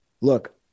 look